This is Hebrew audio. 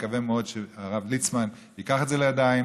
מקווה מאוד שהרב ליצמן ייקח את זה לידיים,